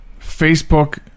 Facebook